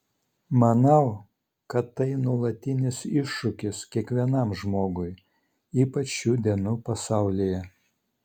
manau kad tai nuolatinis iššūkis kiekvienam žmogui ypač šių dienų pasaulyje